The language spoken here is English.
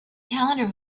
calendar